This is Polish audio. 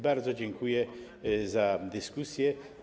Bardzo dziękuję za dyskusję.